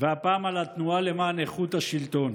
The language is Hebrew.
והפעם על התנועה למען איכות השלטון.